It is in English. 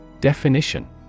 Definition